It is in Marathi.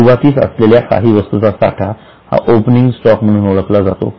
सुरुवातीस असलेल्या काही वस्तूंचा साठा हा ओपनिंग स्टॉक म्हणून ओळखला जातो